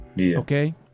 Okay